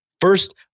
First